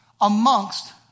amongst